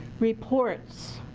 reports,